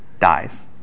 dies